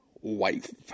wife